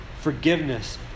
forgiveness